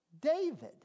David